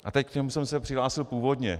A teď k čemu jsem se přihlásil původně.